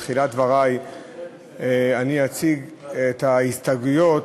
בתחילת דברי אני אציג את ההסתייגויות,